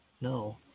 No